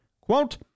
quote